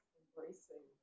embracing